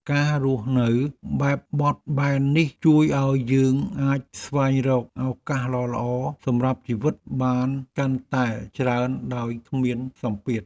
ការរស់នៅបែបបត់បែននេះជួយឱ្យយើងអាចស្វែងរកឱកាសល្អៗសម្រាប់ជីវិតបានកាន់តែច្រើនដោយគ្មានសម្ពាធ។